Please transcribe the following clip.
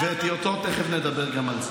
הבאתי אותו, תכף נדבר גם על זה.